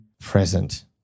present